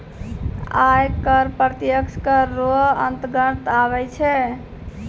आय कर प्रत्यक्ष कर रो अंतर्गत आबै छै